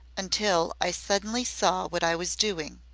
until i suddenly saw what i was doing.